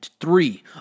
three